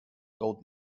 gold